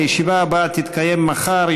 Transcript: הישיבה הבאה תתקיים מחר,